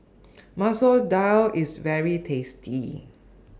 Masoor Dal IS very tasty